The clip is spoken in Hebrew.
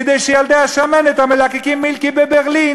כדי שילדי השמנת המלקקים מילקי בברלין